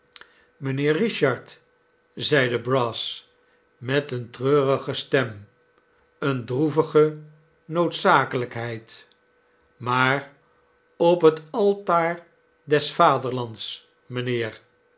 mijnheer richard zeide brass met eene treurige stem eene droevige noodzakelijkheid maar op het altaar des vaderlands mijnheer